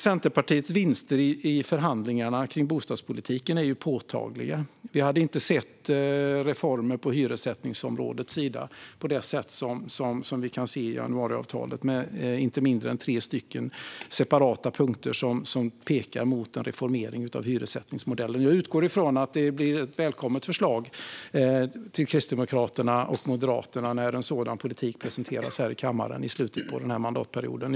Centerpartiets vinster i förhandlingarna om bostadspolitiken är påtagliga. Vi hade inte sett reformer på hyressättningsområdets sida på det sätt som vi kan se i januariavtalet med inte mindre än tre separata punkten som pekar mot en reformering av hyressättningsmodellen. Jag utgår från att det blir ett välkommet förslag till Kristdemokraterna och Moderaterna när en sådan politik presenteras här i kammaren i slutet på mandatperioden.